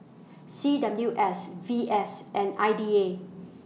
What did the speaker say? C W S V S and I D A